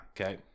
Okay